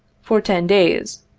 for ten days,